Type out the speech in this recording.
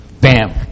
bam